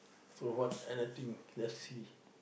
so what other thing let's see